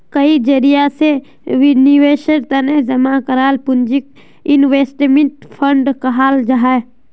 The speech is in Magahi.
कई जरिया से निवेशेर तने जमा कराल पूंजीक इन्वेस्टमेंट फण्ड कहाल जाहां